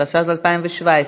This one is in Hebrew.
התשע"ז 2017,